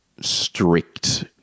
strict